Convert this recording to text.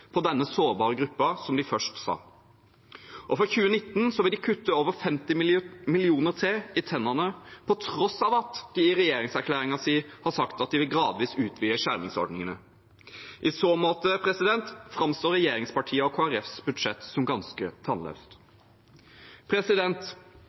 på denne sårbare gruppen som det de først sa. Fra 2019 vil de kutte over 50 millioner til i støtten til tenner, på tross av at de i regjeringserklæringen har sagt at de vil «gradvis utvide skjermingsordningene». I så måte framstår regjeringspartiene og Kristelig Folkepartis budsjett som ganske tannløst.